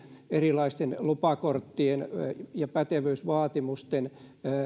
erilaisten lupakorttien ja pätevyysvaatimusten